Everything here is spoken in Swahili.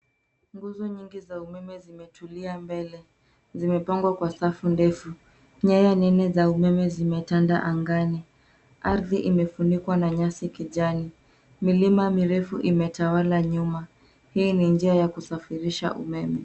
Nguzo nyingi za umeme zimetulia mbele. Zimepangwa kwa safu ndefu. Nyaya nene za umeme zimetanda angani. Ardhi imefunikwa na nyasi kijani. Milima mirefu imetawala nyuma. Hii ni njia ya kusafirisha umeme.